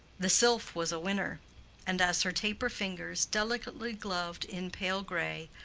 the sylph was a winner and as her taper fingers, delicately gloved in pale-gray,